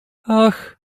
ach